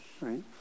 right